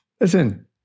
Listen